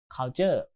Culture